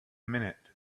minute